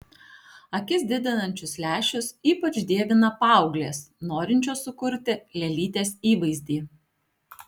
akis didinančius lęšius ypač dievina paauglės norinčios sukurti lėlytės įvaizdį